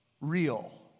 real